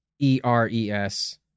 E-R-E-S